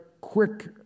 quick